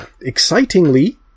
excitingly